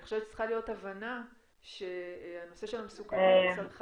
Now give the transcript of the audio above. חושבת שצריכה להיות הבנה שהנושא של המסוכנות צריך